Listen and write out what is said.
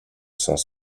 sens